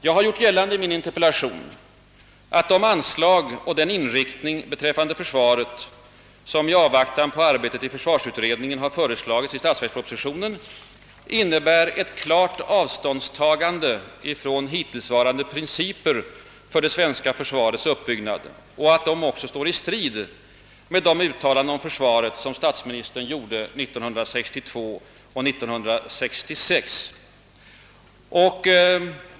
Jag har i min interpellation gjort gällande att de anslag och den inriktning beträffande försvaret, som i avvaktan på arbetet inom försvarsutredningen föreslagits i statsverksproposi tionen, innebär ett klart avståndstagande från hittillsvarande principer för det svenska försvarets uppbyggnad och att de också står i strid med de uttalanden om försvaret som statsministern gjorde 1962 och 1966.